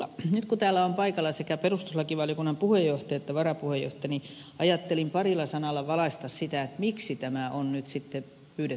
nyt kun täällä on paikalla sekä perustuslakivaliokunnan puheenjohtaja että varapuheenjohtaja niin ajattelin parilla sanalla valaista sitä miksi tämä on nyt sitten pyydetty perustuslakivaliokuntaan